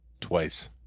twice